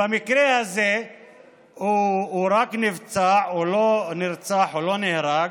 במקרה הזה הוא רק נפצע, הוא לא נרצח, הוא לא נהרג,